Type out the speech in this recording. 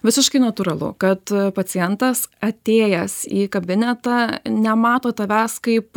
visiškai natūralu kad pacientas atėjęs į kabinetą nemato tavęs kaip